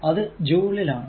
അത് ജൂൾ ൽ ആണ്